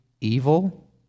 evil